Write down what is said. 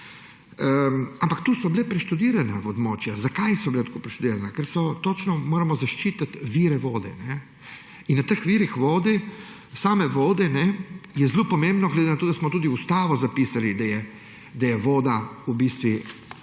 Ampak so bile preštudirana območja. Zakaj so bila tako preštudirana? Ker moramo zaščititi vire vode. Na teh virih vode je zelo pomembno, glede na to da smo tudi v ustavo zapisali, da je voda v bistvu